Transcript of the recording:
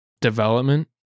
development